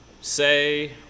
say